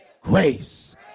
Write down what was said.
grace